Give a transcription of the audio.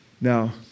Now